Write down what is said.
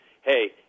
hey